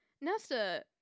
Nesta